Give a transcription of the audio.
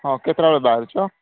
ହଁ କେତେଟା ବେଳେ ବାହାରୁଛ